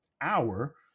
hour